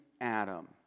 Adam